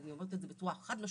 ואני אומרת את זה בצורה חד משמעית,